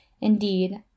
Indeed